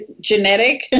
genetic